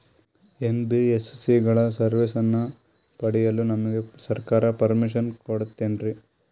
NBSC ಗಳ ಸರ್ವಿಸನ್ನ ಪಡಿಯಲು ನಮಗೆ ಸರ್ಕಾರ ಪರ್ಮಿಷನ್ ಕೊಡ್ತಾತೇನ್ರೀ?